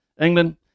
England